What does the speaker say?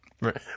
Right